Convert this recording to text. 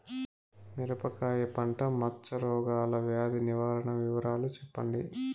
మిరపకాయ పంట మచ్చ రోగాల వ్యాధి నివారణ వివరాలు చెప్పండి?